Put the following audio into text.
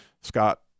Scott